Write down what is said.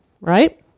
right